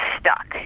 stuck